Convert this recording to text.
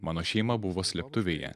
mano šeima buvo slėptuvėje